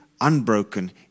unbroken